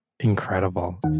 Incredible